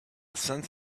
cent